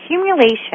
accumulation